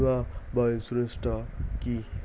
বিমা বা ইন্সুরেন্স টা কি?